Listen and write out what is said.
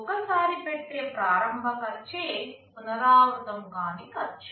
ఒక్కసారి పెట్టే ప్రారంభ ఖర్చే పునరావృతం కాని ఖర్చు